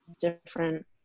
different